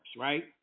right